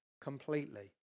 completely